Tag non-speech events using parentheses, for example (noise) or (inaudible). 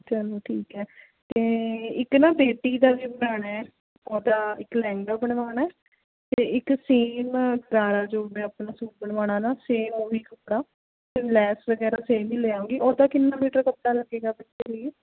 ਚਲੋ ਠੀਕ ਹੈ ਅਤੇ ਇੱਕ ਨਾ ਬੇਟੀ ਦਾ ਵੀ ਬਣਾਉਣਾ ਉਹਦਾ ਇੱਕ ਲਹਿੰਗਾ ਬਣਵਾਉਣਾ ਅਤੇ ਇੱਕ ਸੇਮ (unintelligible) ਜੋ ਮੈਂ ਆਪਣਾ ਸੂਟ ਬਣਵਾਉਣਾ ਨਾ ਸੇਮ ਉਹ ਹੀ ਕੱਪੜਾ ਲੈਸ ਵਗੈਰਾ ਸੇਮ ਹੀ ਲੈ ਆਉਂਗੀ ਉਹਦਾ ਕਿੰਨੇ ਮੀਟਰ ਕੱਪੜਾ ਲੱਗੇਗਾ (unintelligible)